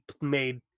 made